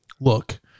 look